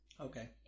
Okay